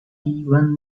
even